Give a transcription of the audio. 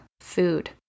food